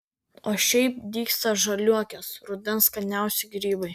o šiaip dygsta žaliuokės rudens skaniausi grybai